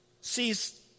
Sees